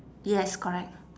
yes correct